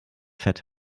fett